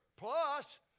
Plus